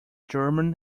german